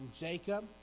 Jacob